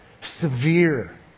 Severe